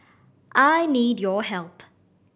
I need your help